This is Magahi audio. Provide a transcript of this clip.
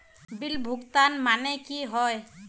बिल भुगतान माने की होय?